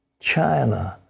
china,